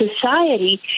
society